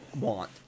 want